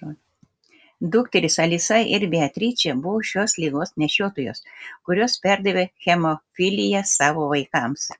dukterys alisa ir beatričė buvo šios ligos nešiotojos kurios perdavė hemofiliją savo vaikams